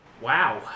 Wow